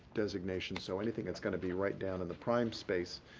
designation, so anything that's going to be right down in the prime space